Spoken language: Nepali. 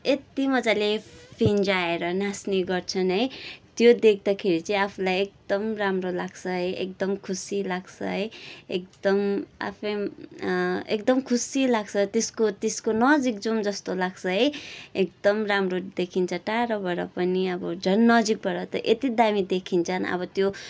यति मज्जाले फिँजाएर नाच्ने गर्छन् है त्यो देख्दाखेरि चाहिँ आफूलाई एकदम राम्रो लाग्छ है एकदम खुसी लाग्छ है एकदम आफै एकदम खुसी लाग्छ त्यसको त्यसको नजिक जाऊँ जस्तो लाग्छ है एकदम राम्रो देखिन्छ टाढोबाट पनि झन् नजिकबाट त यति दामी देखिन्छ अब त्यो